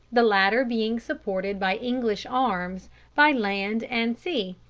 the latter being supported by english arms by land and sea.